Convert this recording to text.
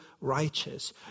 righteous